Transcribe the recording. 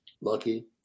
Lucky